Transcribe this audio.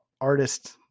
artist